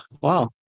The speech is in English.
wow